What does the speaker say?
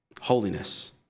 holiness